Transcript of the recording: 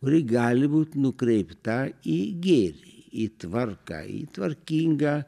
kuri gali būt nukreipta į gėrį į tvarką į tvarkingą